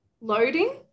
loading